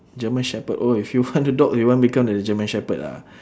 german shepherd oh if you want the dog you want become the german shepherd ah